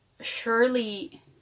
surely